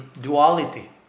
duality